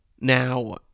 now